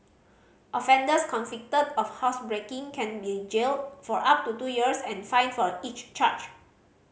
offenders convicted of housebreaking can be jailed for up to two years and fined for each charge